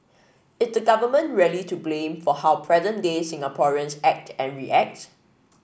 is the Government really to blame for how present day Singaporeans act and react